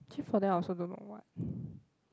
actually for them I also don't know what